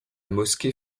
mosquée